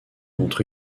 entre